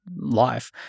life